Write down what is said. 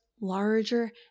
larger